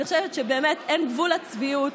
אני חושבת שבאמת אין גבול לצביעות,